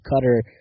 cutter